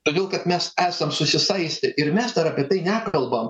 todėl kad mes esam susisaistę ir mes dar apie tai nekalbam